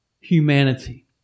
humanity